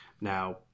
Now